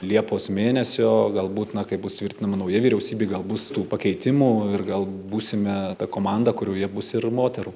liepos mėnesio galbūt na kai bus tvirtinama nauja vyriausybė gal bus tų pakeitimų ir gal būsime ta komanda kurioje bus ir moterų